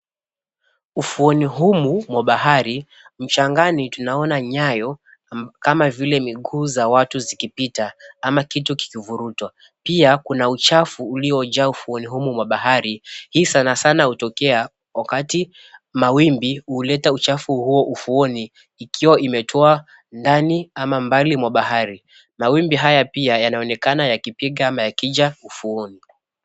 Ufuoni humu mwa bahari, mchangani tunaona Nyayo kama vile miguu za watu zikipita ama kitu kikivurutwa. Pia Kuna uchafu uliyojaa ufuoni humu mwa bahari hii sanasana hutokea wakati mawimbi huleta uchafu huo ufuoni ikiwa imetoa ndani ama mbali mwa bahari. Mawimbi haya pia yanaonekana yakipiga ama yakija ufuoni.